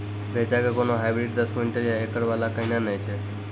रेचा के कोनो हाइब्रिड दस क्विंटल या एकरऽ वाला कहिने नैय छै?